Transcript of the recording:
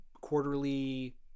quarterly